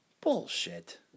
Bullshit